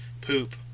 poop